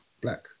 black